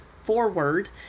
forward